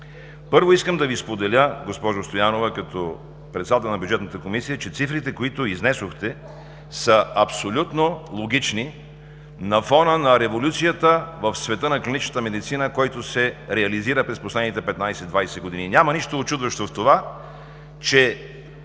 Първо, искам да Ви споделя, госпожо Стоянова – председател на Бюджетната комисия, че цифрите, които изнесохте, са абсолютно логични на фона на революцията в света на клиничната медицина, която се реализира през последните петнадесет-двадесет години. Няма нищо учудващо, че